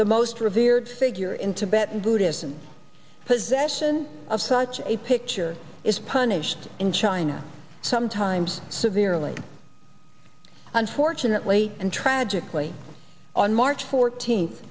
the most revered figure in tibet and buddhists and possession of such a picture is punished in china sometimes severely unfortunately and tragically on march fourteenth